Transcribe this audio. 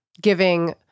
giving